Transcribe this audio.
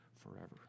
forever